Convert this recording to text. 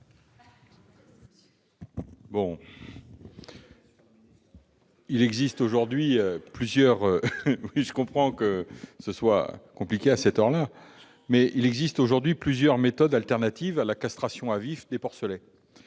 ? Il existe aujourd'hui plusieurs méthodes alternatives à la castration à vif des porcelets.